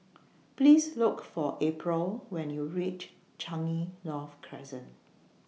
Please Look For April when YOU REACH Changi North Crescent